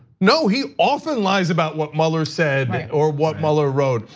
no, he often lies about what mueller said or what mueller wrote.